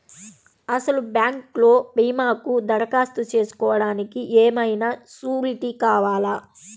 అసలు బ్యాంక్లో భీమాకు దరఖాస్తు చేసుకోవడానికి ఏమయినా సూరీటీ కావాలా?